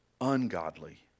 ungodly